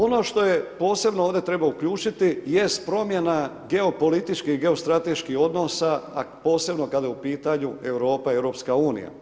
Ono što posebno ovdje treba uključiti jest promjena geopolitičkih i geostrateških odnosa a posebno kad je u pitanju Europa i EU.